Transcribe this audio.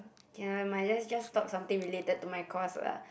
ya never mind let's just talk something related to my course lah